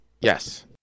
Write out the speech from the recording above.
Yes